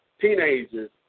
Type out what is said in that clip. teenagers